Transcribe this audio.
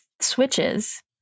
switches